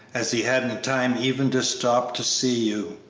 as he hadn't time even to stop to see you.